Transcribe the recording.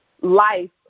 life